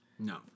No